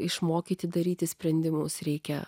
išmokyti daryti sprendimus reikia